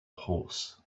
horse